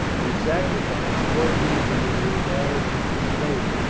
and sacrifice, caused him to be regarded with disfavour,